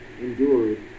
endured